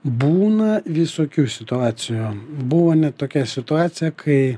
būna visokių situacijų buvo net tokia situacija kai